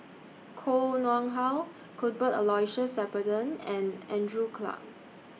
Koh Nguang How Cuthbert Aloysius Shepherdson and Andrew Clarke